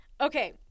Okay